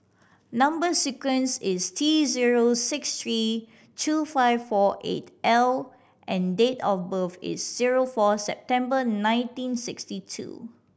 number sequence is T zero six three two five four eight L and date of birth is zero four September nineteen sixty two